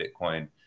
Bitcoin